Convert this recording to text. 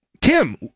Tim